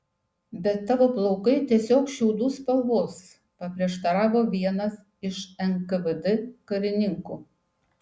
bet tavo plaukai tiesiog šiaudų spalvos paprieštaravo vienas iš nkvd karininkų